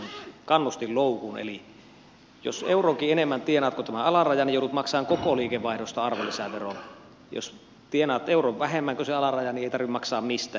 eli jos euronkin enemmän tienaat kuin on tämä alaraja niin joudut maksamaan koko liikevaihdosta arvonlisäveron ja jos tienaat euron vähemmän kuin on se alaraja niin ei tarvitse maksaa mistään